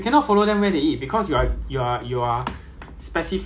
then 你就 good lah good for you lah then got good food everyday waiting for you lor